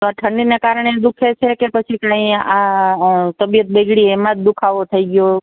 ઠંડીને કારણે દુઃખે છે કે પછી નહીં આ તબિયત બગડી એમાં જ દુખાવો થઈ ગયો